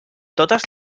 totes